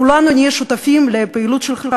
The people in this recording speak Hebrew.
כולנו נהיה שותפים לפעילות שלך.